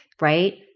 Right